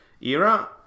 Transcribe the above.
era